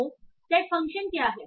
तो set function क्या है